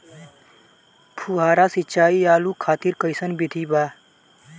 फुहारा सिंचाई आलू खातिर कइसन विधि बा?